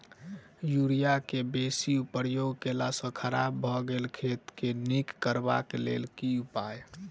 Urea केँ बेसी प्रयोग केला सऽ खराब भऽ गेल खेत केँ नीक करबाक लेल की उपाय?